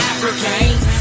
Africans